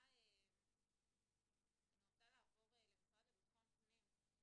רוצה לעבור למשרד לביטחון פנים.